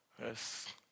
Yes